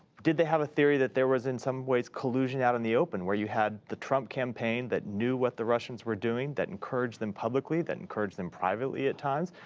did they have a theory that there was in some ways collusion out in the open, where you had the trump campaign that knew what the russians were doing, that encouraged them publicly, that encouraged them privately at times,